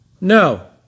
No